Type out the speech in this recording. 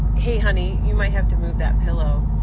hey honey, you might have to move that pillow.